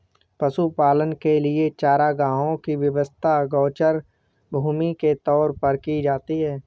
पशुपालन के लिए चारागाहों की व्यवस्था गोचर भूमि के तौर पर की जाती है